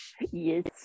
Yes